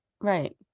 right